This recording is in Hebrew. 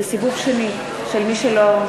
זה סיבוב שני של מי שלא,